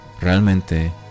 realmente